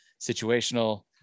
Situational